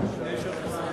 קצת על הנושא של הביטוי.